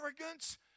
arrogance